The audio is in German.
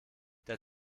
der